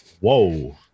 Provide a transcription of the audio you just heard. Whoa